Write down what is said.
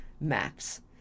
maps